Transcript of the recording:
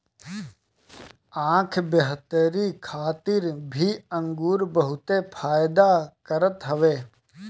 आँख बेहतरी खातिर भी अंगूर बहुते फायदा करत हवे